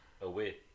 away